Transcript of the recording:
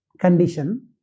condition